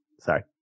Sorry